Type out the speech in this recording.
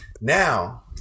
now